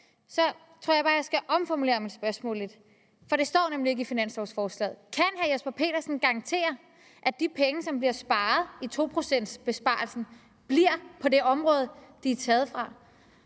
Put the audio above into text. tror jeg bare, at jeg skal omformulere mit spørgsmål lidt, for det står nemlig ikke i finanslovsforslaget: Kan hr. Jesper Petersen garantere, at de penge, der bliver sparet gennem 2-procentbesparelsen bliver på det område, som de er taget fra?